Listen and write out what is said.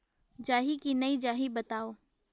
जाही की नइ जाही बताव?